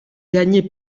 gagné